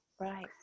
Right